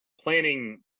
planning